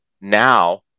Now